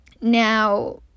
now